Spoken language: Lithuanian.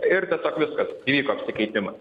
ir tiesiog viskas įvyko apsikeitimas